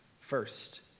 first